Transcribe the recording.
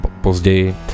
později